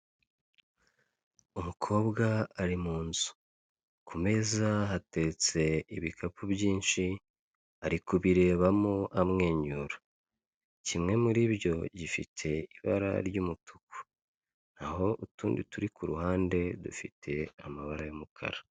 Umukobwa ari mu nzu ku meza hateretse ibikapu byinshi ari kubirebamo amwenyura, kimwe muri byo gifite ibara ry'umutuku naho utundi turi ku ruhande dufite amabara y'umukara.